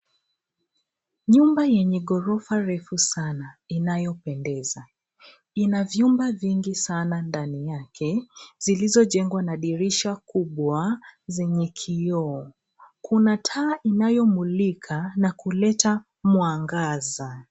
Nyumba yenye ghorofa refu sana inayopendeza. Ina vyumba vingi sana ndani yake zilizojengwa na dirisha kubwa zenye kioo. Kuna taa inayomulika na kuleta mwangaza.